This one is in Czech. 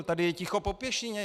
Tady je ticho po pěšině.